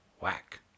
whack